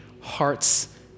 hearts